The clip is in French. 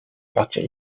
partir